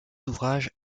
ouvrages